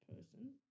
person